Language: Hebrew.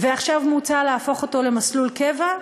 ועכשיו מוצע להפוך אותו למסלול קבע,